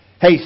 Hey